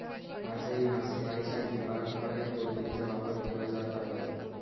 आजही मासेमारीसाठी पारंपरिक बोटींचा वापर केला जात आहे